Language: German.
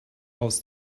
aus